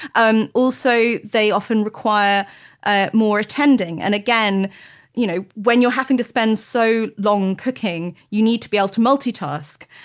um also, they often require ah more attending. and again you know when you're having to spend so long cooking, you need to be able to multitask.